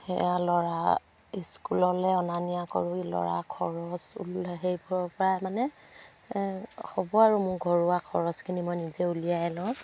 সেয়া ল'ৰা স্কুললৈ অনা নিয়া কৰোঁ ল'ৰা খৰচ সেইবোৰৰ পৰাই মানে হ'ব আৰু মোৰ ঘৰুৱা খৰচখিনি মই নিজে উলিয়াই লওঁ